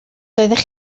doeddech